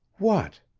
what?